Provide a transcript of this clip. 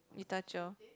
Itacho